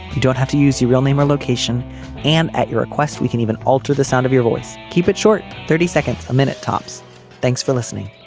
you don't have to use your real name or location and at your request we can even alter the sound of your voice. keep it short thirty seconds a minute tops thanks for listening